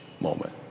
moment